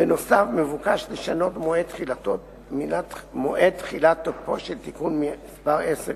נוסף על כך מבוקש לשנות מועד תחילת תוקפו של תיקון מס' 10